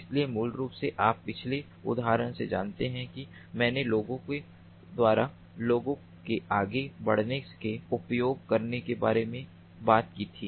इसलिए मूल रूप से आप पिछले उदाहरण से जानते हैं कि मैंने लोगों के द्वारा लोगों के आगे बढ़ने के उपयोग करने के बारे में बात की थी